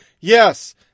Yes